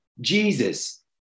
Jesus